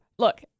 Look